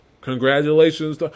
Congratulations